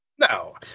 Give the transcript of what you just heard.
No